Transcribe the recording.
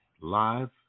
live